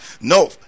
No